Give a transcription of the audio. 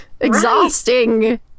exhausting